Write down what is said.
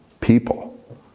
people